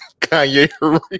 Kanye